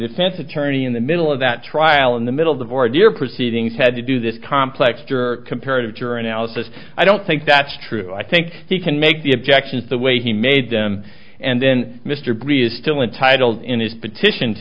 defense attorney in the middle of that trial in the middle of the board you're proceedings had to do this complex comparative to your analysis i don't think that's true i think he can make the objections the way he made them and then mr bray is still untitled in his petition